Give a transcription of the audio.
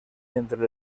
entre